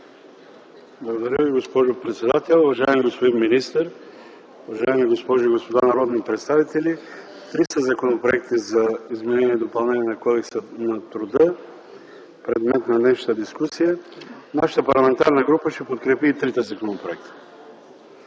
(ДПС):Благодаря Ви, госпожо председател. Уважаеми господин министър, уважаеми госпожи и господа народни представители, три са законопроектите за изменение и допълнение на Кодекса на труда – предмет на днешната дискусия. Нашата парламентарната група ще подкрепи и трите законопроекта,